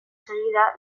segida